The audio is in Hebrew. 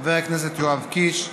חבר הכנסת יואב קיש,